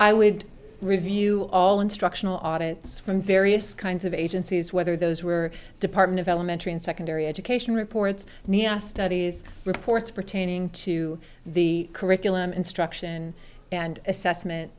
would review all instructional audits from various kinds of agencies whether those were department of elementary and secondary education reports and yesterday's reports pertaining to the curriculum instruction and assessment